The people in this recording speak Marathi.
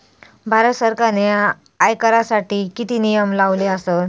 भारत सरकारने आयकरासाठी किती नियम लावले आसत?